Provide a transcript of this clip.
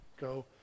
Go